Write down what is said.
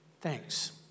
thanks